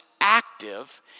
active